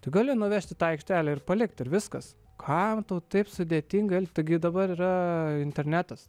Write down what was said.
tu gali nuvežti į tą aikštelę ir palikti ir viskas kam tau taip sudėtingai elg taigi dabar yra internetas